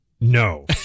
No